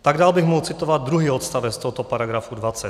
Tak dál bych mohl citovat druhý odstavec tohoto § 20.